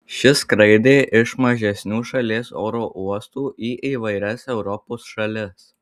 ši skraidė iš mažesnių šalies oro uostų į įvairias europos šalis